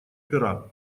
пера